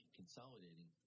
consolidating